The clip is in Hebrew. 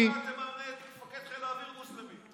עוד מעט תמנה מפקד חיל אוויר מוסלמי.